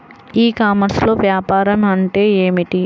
ఈ కామర్స్లో వ్యాపారం అంటే ఏమిటి?